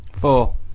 Four